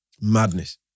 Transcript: Madness